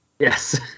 Yes